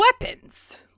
weapons